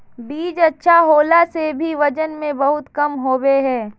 बीज अच्छा होला से भी वजन में बहुत कम होबे है?